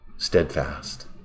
steadfast